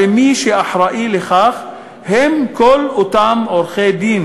הרי מי שאחראי לכך הם כל אותם עורכי-דין